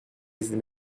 izni